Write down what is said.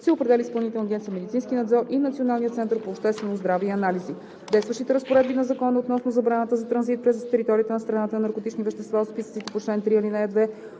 се определят и Изпълнителната агенция „Медицински надзор“, и Националният център по обществено здраве и анализи. Действащите разпоредби на Закона относно забраната за транзит през територията на страната на наркотични вещества от списъците по чл. 3, ал. 2